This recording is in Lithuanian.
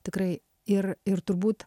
tikrai ir ir turbūt